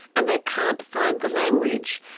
and they can't find the language,